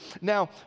Now